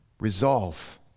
resolve